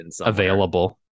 available